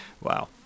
Wow